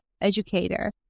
educator